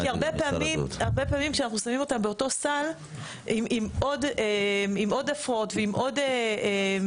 כי הרבה פעמים כשאנחנו שמים אותם באותו סל עם עוד הפרעות ועם עוד חולים,